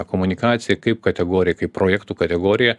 komunikacija kaip kategorija kaip projektų kategorija